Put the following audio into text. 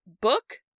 book